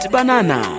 Banana